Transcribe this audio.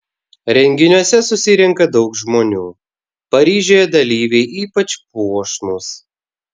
renginiuose susirenka daug žmonių paryžiuje dalyviai ypač puošnūs